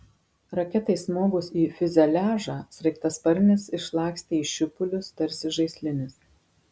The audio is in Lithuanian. raketai smogus į fiuzeliažą sraigtasparnis išlakstė į šipulius tarsi žaislinis